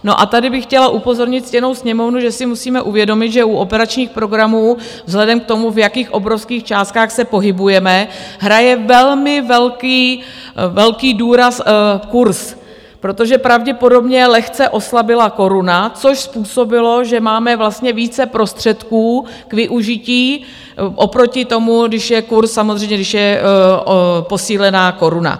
No a tady bych chtěla upozornit ctěnou Sněmovnu, že si musíme uvědomit, že u operačních programů vzhledem k tomu, v jakých obrovských částkách se pohybujeme, hraje velmi velký důraz kurz, protože pravděpodobně lehce oslabila koruna, což způsobilo, že máme vlastně více prostředků k využití oproti tomu, když je posílená koruna.